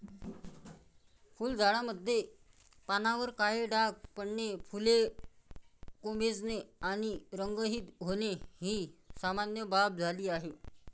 फुलझाडांमध्ये पानांवर काळे डाग पडणे, फुले कोमेजणे आणि रंगहीन होणे ही सामान्य बाब झाली आहे